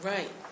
Right